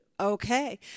Okay